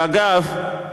ואגב,